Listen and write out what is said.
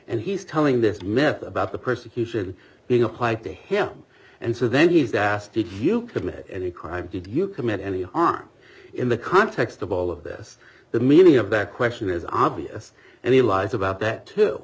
and he's telling this method about the persecution being applied to him and so then he's asked did you commit any crime did you commit any harm in the context of all of this the meaning of that question is obvious and he lies about that t